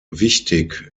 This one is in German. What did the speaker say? wichtig